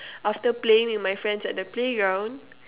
after playing with my friends at the playground